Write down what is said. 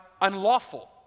unlawful